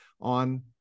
on